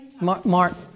Mark